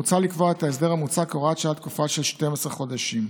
מוצע לקבוע את ההסדר המוצע כהוראת שעה לתקופה של 12 חודשים.